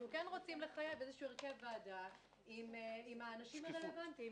אנחנו כן רוצים לחייב איזשהו הרכב ועדה עם האנשים הרלבנטיים,